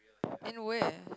in where